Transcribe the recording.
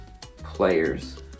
players